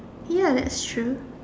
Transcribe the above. ya that's true